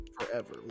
Forever